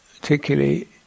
particularly